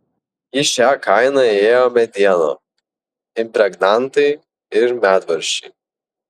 į šią kainą įėjo mediena impregnantai ir medvaržčiai